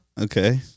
Okay